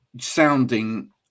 sounding